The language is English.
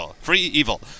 Free-evil